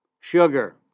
sugar